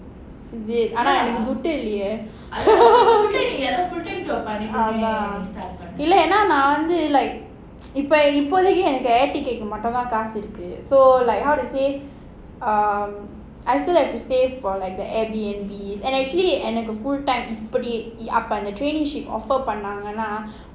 is it துட்டு இல்லையே:duttu illiyae நான் வந்து:naan vanthu like இப்போதைக்கு எனக்கு:ippothaikku enakku air ticket மட்டும் தான் காசு இருக்கு:mattum thaan kaasu iruku so like how to say um I still have to save for like the Airbnbs and actually and have a full time எனக்கு அப்போ:enakku appo traineeship offer பண்ணங்கனா:pannanganaa